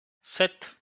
sept